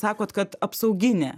sakot kad apsauginė